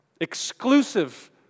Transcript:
Exclusive